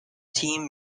team